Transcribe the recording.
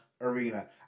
arena